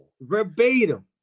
verbatim